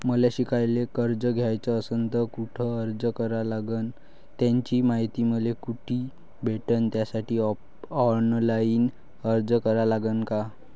मले शिकायले कर्ज घ्याच असन तर कुठ अर्ज करा लागन त्याची मायती मले कुठी भेटन त्यासाठी ऑनलाईन अर्ज करा लागन का?